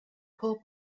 poor